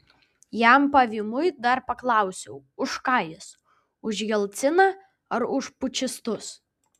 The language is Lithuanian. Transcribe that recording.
jam pavymui dar paklausiau už ką jis už jelciną ar už pučistus